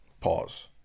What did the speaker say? Pause